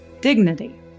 dignity